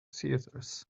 theaters